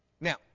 Now